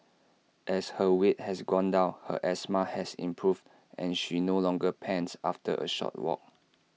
as her weight has gone down her asthma has improved and she no longer pants after A short walk